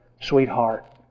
sweetheart